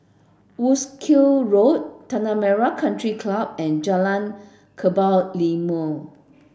Wolskel Road Tanah Merah Country Club and Jalan Kebun Limau